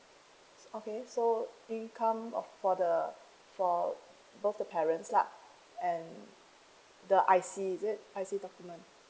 okay so income of for the for both the parents lah and the I_C is it I_C document